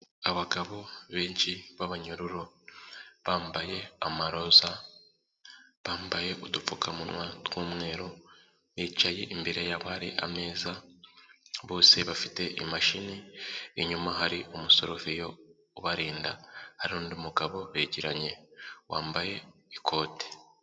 Abagabo benshi b'abanyururu bambaye amaroza, bambaye udupfukamunwa tw'umweru, bicaye imbere yabo hari ameza, bose bafite imashini, inyuma hari umusoroviyo ubarinda, hari undi mugabo begeranye wambaye ikote.